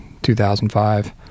2005